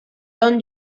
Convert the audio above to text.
don